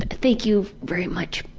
and thank you very much,